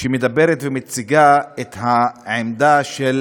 שמדברת ומציגה את העמדה של